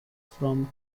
from